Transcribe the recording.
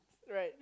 right